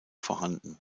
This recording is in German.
vorhanden